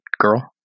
girl